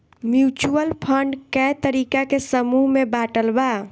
mutual fund कए तरीका के समूह में बाटल बा